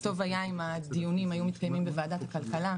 טוב היה אילו הדיונים היו מתקיימים בוועדת הכלכלה.